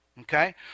Okay